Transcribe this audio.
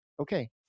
okay